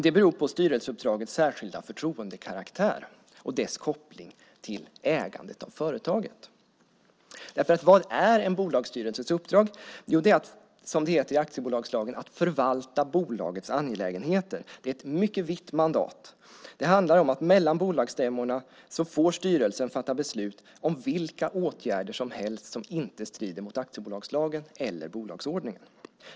Det beror på styrelseuppdragets särskilda förtroendekaraktär och dess koppling till ägandet av företaget. Vad är en bolagsstyrelses uppdrag? Jo, det är, som det heter i aktiebolagslagen, att förvalta bolagets angelägenheter. Det är ett mycket vitt mandat. Det handlar om att mellan bolagsstämmorna får styrelsen fatta beslut om vilka åtgärder som helst som inte strider mot aktiebolagslagen eller bolagsordningen.